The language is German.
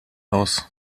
aus